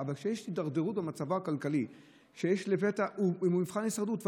ומה ההשפעות האפשריות במקרה של פינוי כתוצאה מחיזוק מבנים?